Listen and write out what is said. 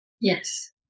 Yes